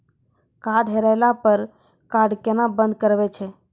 Card हेरैला पर card केना बंद करबै छै?